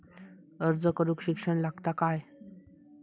अर्ज करूक शिक्षण लागता काय?